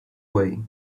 way